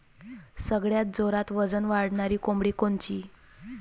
सगळ्यात जोरात वजन वाढणारी कोंबडी कोनची?